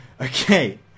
okay